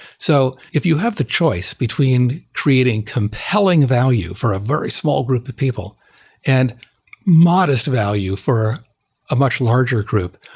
so if you have the choice between creating compelling value for a very small group of people and modest value for a much larger group,